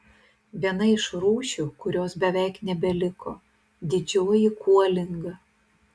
viena iš rūšių kurios beveik nebeliko didžioji kuolinga